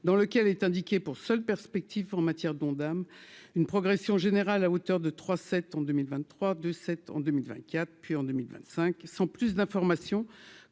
dans lequel est indiqué pour seule perspective en matière de Ondam une progression générale à hauteur de 3 septembre 2023 de 7 en 2024 puis en 2025, sans plus d'informations quant